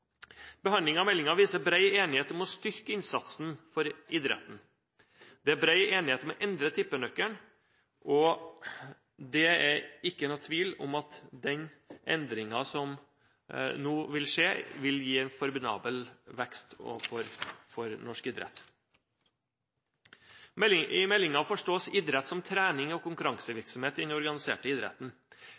av meldingen viser bred enighet om å styrke innsatsen for idretten. Det er bred enighet om å endre tippenøkkelen, og det er ingen tvil om at den endringen som nå vil skje, vil gi en formidabel vekst for norsk idrett. I meldingen forstås idrett som trening og konkurransevirksomhet i den organiserte idretten.